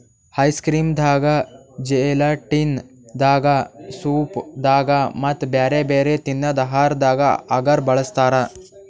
ice cream ದಾಗಾ gelatin ದಾಗಾ soup ದಾಗಾ ಮತ್ತ್ ಬ್ಯಾರೆ ಬ್ಯಾರೆ ತಿನ್ನದ್ ಆಹಾರದಾಗ ಅಗರ್ ಬಳಸ್ತಾರಾ